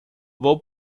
vou